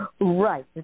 Right